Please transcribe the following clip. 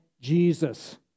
Jesus